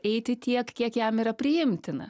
eiti tiek kiek jam yra priimtina